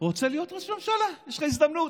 רוצה להיות ראש ממשלה, יש לך הזדמנות.